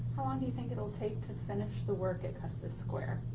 do you think it'll take to finish the work at custis square?